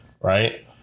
right